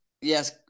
Yes